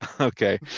Okay